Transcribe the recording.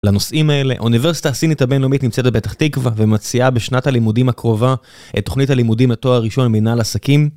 לנושאים האלה, האוניברסיטה הסינית הבינלאומית נמצאת בפתח תקווה ומציעה בשנת הלימודים הקרובה את תכנית הלימודים לתואר ראשון במנהל עסקים.